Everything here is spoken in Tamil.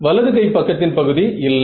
வலது கை பக்கத்தின் பகுதி இல்லை